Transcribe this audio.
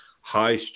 high